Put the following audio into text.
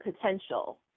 potential